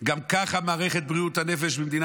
גם ככה מערכת בריאות הנפש במדינת ישראל,